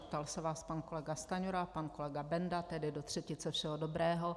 Ptal se vás pan kolega Stanjura, pan kolega Benda, tedy do třetice všeho dobrého.